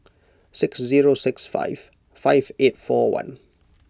six zero six five five eight four one